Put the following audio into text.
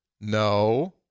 no